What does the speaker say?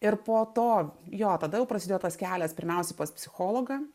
ir po to jo tada jau prasidėjo tas kelias pirmiausiai pas psichologą